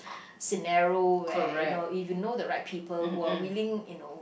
scenario where you know if you know the right people who are willing you know